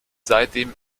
seitdem